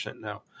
now